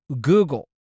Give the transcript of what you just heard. Google